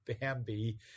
Bambi